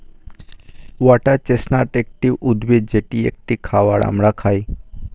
water chestnut একটি উদ্ভিদ যেটা একটি খাবার আমরা খাই